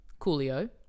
coolio